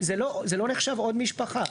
נחשב עוד משפחה.